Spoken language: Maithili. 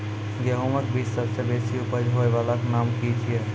गेहूँमक बीज सबसे बेसी उपज होय वालाक नाम की छियै?